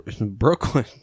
Brooklyn